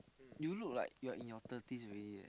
you look like you're in your thirties already leh